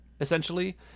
essentially